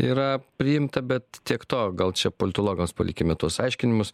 yra priimta bet tiek to gal čia politologams palikime tuos aiškinimus